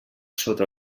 sota